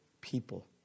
people